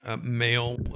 male